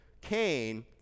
Cain